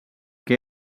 que